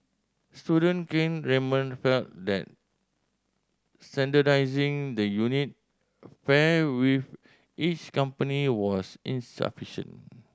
student Kane Raymond felt that standardising the unit fare with each company was insufficient